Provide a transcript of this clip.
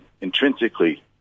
intrinsically